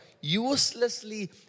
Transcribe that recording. Uselessly